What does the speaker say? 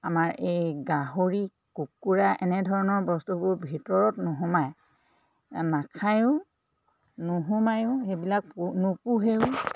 আমাৰ এই গাহৰি কুকুৰা এনেধৰণৰ বস্তুবোৰ ভিতৰত নুসুমায় নাখায়ো নুসুমায়ো সেইবিলাক নুপোহেও